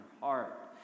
heart